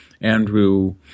Andrew